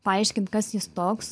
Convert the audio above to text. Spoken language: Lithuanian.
paaiškint kas jis toks